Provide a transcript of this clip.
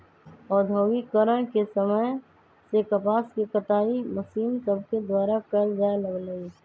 औद्योगिकरण के समय से कपास के कताई मशीन सभके द्वारा कयल जाय लगलई